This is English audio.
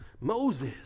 Moses